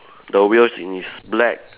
the wheels is black